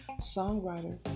songwriter